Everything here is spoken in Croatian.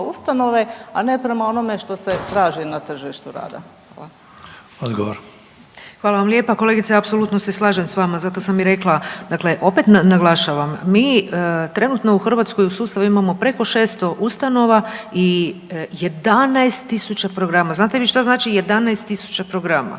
(HDZ)** Odgovor. **Bedeković, Vesna (HDZ)** Hvala vam lijepa. Kolegice apsolutno se slažem s vama zato sam i rekla, dakle opet naglašavam mi trenutno u Hrvatskoj u sustavu imamo preko 600 ustanova i 11.000 programa. Znate vi šta znači 11.000 programa?